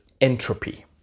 entropy